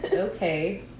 Okay